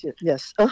Yes